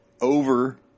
Over